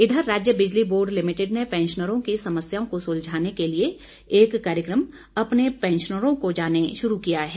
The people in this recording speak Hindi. इधर राज्य बिजली बोर्ड लिमिटेड ने पैंशनरों की समस्याओं को सुलझाने के लिए एक कार्यक्रम अपने पैंशनरों को जाने शुरू किया है